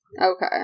okay